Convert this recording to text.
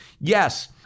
Yes